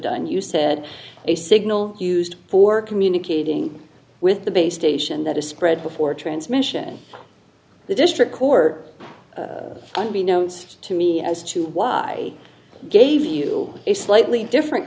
done you said a signal used for communicating with the base station that is spread before transmission the district court unbeknownst to me as to why i gave you a slightly different